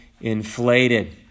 inflated